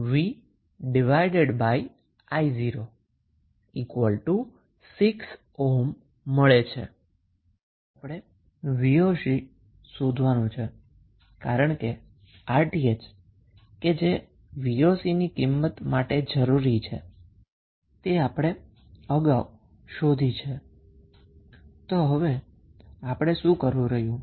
હવે આપણે 𝑣𝑜𝑐 શોધવું છે કારણ કે આપણે Rth પહેલેથી મેળવી લીધુ છે 𝑣𝑜𝑐 ની વેલ્યુ શોધવા માટે આપણે શું કરવું પડશે